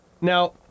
Now